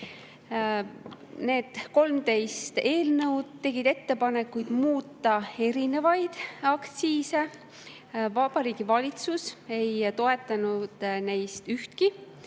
Neis 13 eelnõus on ettepanekud muuta erinevaid aktsiise. Vabariigi Valitsus ei toetanud neist ühtegi.